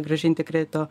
grąžinti kredito